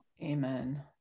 Amen